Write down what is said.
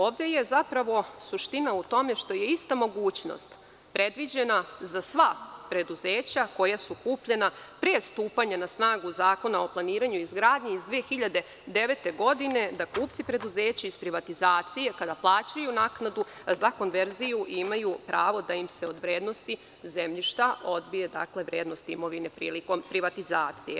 Ovde je zapravo suština u tome što je ista mogućnost predviđena za sva preduzeća koja su kupljena pre stupanja na snagu Zakona o planiranju i izgradnji iz 2009. godine, da kupci preduzeća iz privatizacije, kada plaćaju naknadu za konverziju imaju pravo da im se od vrednosti zemljišta odbije vrednost imovine prilikom privatizacije.